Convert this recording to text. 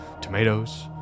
tomatoes